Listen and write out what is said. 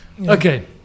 Okay